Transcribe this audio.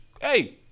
hey